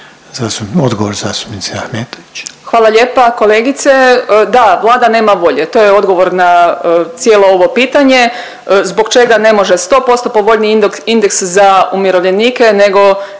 Mirela (SDP)** Hvala lijepa kolegice. Da Vlada nema volje, to je odgovor na cijelo ovo pitanje. Zbog čega ne može 100% povoljniji indeks za umirovljenike nego